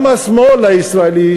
גם השמאל הישראלי,